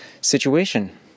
situation